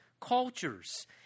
cultures